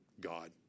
God